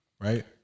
right